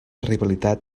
rivalitat